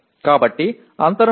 తీవ్రమైన అంతరం ఉంది